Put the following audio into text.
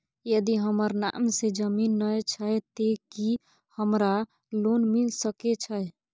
यदि हमर नाम से ज़मीन नय छै ते की हमरा लोन मिल सके छै?